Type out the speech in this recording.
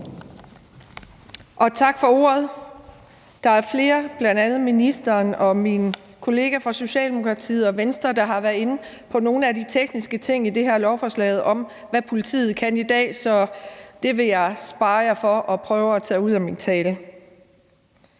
og tak for ordet. Der er flere, bl.a. ministeren og mine kollegaer fra Socialdemokratiet og Venstre, der har været inde på nogle af de tekniske ting i det her beslutningsforslag om, hvad politiet kan i dag, så det vil jeg spare jer for og prøve at tage ud af min tale.